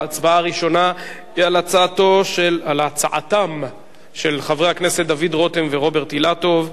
ההצבעה הראשונה היא על הצעתם של חברי הכנסת דוד רותם ורוברט אילטוב.